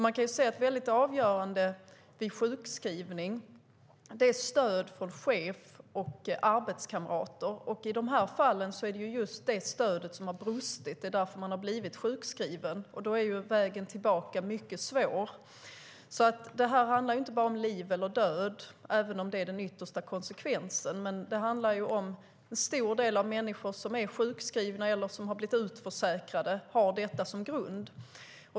Man kan se att stöd från chef och arbetskamrater är mycket avgörande vid sjukskrivning. I dessa fall är det just detta stöd som har brustit. Det är därför som man har blivit sjukskriven. Då är vägen tillbaka mycket svår. Detta handlar alltså inte om bara liv eller död, även om det är den yttersta konsekvensen. Det handlar till stor del om att människor som är sjukskrivna eller som har blivit utförsäkrade har detta som grund.